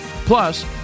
Plus